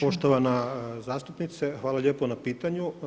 Poštovana zastupnice, hvala lijepo na pitanju.